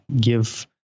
give